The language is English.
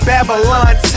Babylon